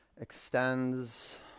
extends